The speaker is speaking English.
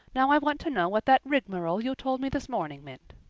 now i want to know what that rigmarole you told me this morning meant.